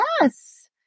Yes